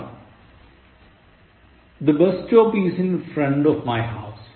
ആറ് The bus stop is in front of my house